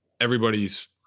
everybody's